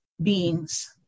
beings